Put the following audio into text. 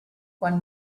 quan